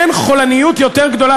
אין חולניות יותר גדולה.